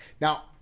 Now